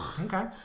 okay